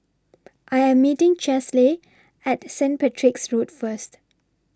I Am meeting Chesley At Street Patrick's Road First